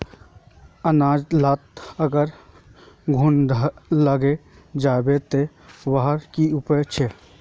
अनाज लात अगर घुन लागे जाबे ते वहार की उपाय छे?